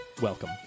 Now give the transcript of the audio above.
welcome